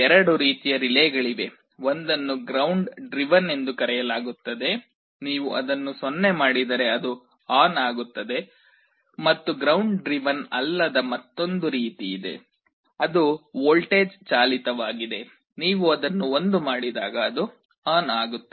ಎರಡು ರೀತಿಯ ರಿಲೇಗಳಿವೆ ಒಂದನ್ನು ಗ್ರೌಂಡ್ ಡ್ರಿವನ್ ಎಂದು ಕರೆಯಲಾಗುತ್ತದೆ ನೀವು ಅದನ್ನು 0 ಮಾಡಿದರೆ ಅದು ಆನ್ ಆಗುತ್ತದೆ ಮತ್ತು ಗ್ರೌಂಡ್ ಡ್ರಿವನ್ ಅಲ್ಲದ ಮತ್ತೊಂದು ರೀತಿಯಿದೆ ಅದು ವೋಲ್ಟೇಜ್ ಚಾಲಿತವಾಗಿದೆ ನೀವು ಅದನ್ನು 1 ಮಾಡಿದಾಗ ಅದು ಆನ್ ಆಗುತ್ತದೆ